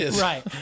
Right